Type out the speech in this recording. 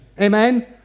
Amen